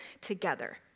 together